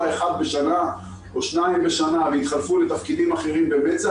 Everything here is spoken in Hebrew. אחד בשנה או שניים בשנה ויתחלפו לתפקידים אחרים במצ"ח,